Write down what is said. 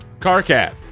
Carcat